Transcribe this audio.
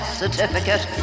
certificate